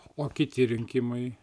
o kiti rinkimai